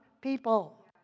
people